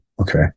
Okay